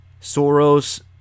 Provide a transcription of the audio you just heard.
Soros